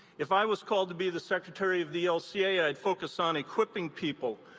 if i was called to be the secretary of the elca, i'd focus on equipping people.